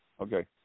Okay